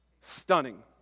Stunning